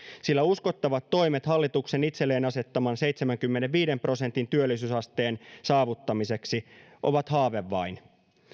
sillä uskottavat toimet hallituksen itselleen asettaman seitsemänkymmenenviiden prosentin työllisyysasteen saavuttamiseksi ovat haave vain